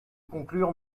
conclure